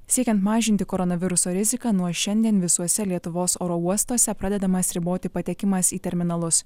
siekiant mažinti koronaviruso riziką nuo šiandien visuose lietuvos oro uostuose pradedamas riboti patekimas į terminalus